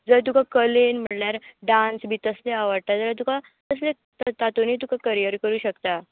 जर तुका कलेन म्हणल्यार डान्स बी तसले आवडटा जाल्यार तुका तसले तातुनूय करियर करूं शकता